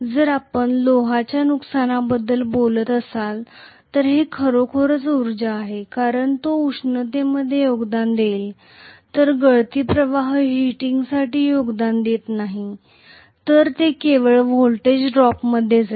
जर आपण लोहाच्या नुकसानाबद्दल बोलत असाल तर ते खरोखरच उर्जा आहे कारण तो उष्णतेमध्ये योगदान देईल तर गळती प्रवाह हीटिंगसाठी योगदान देत नाही तर ते केवळ व्होल्टेज ड्रॉपमध्ये जाईल